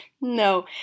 no